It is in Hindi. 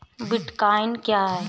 बिटकॉइन क्या है?